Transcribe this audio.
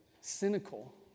cynical